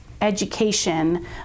education